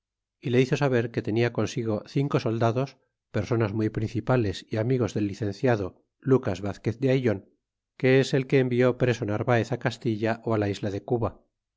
rica le hizo saber que tenia consigo cinco soldados personas muy principales é amigos del licenciado lucas vazquez de aillon que es el que envió preso narvaez castilla la isla de cuba